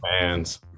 fans